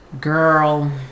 Girl